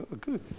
Good